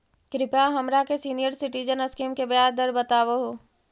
कृपा हमरा के सीनियर सिटीजन स्कीम के ब्याज दर बतावहुं